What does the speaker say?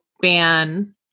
ban